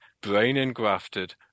brain-engrafted